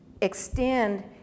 extend